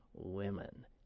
women